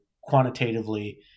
quantitatively